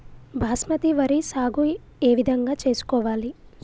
బాస్మతి వరి సాగు ఏ విధంగా చేసుకోవాలి?